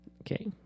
Okay